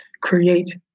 create